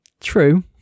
True